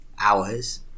hours